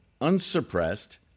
unsuppressed